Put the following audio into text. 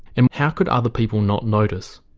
and how could other people not notice?